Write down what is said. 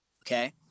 Okay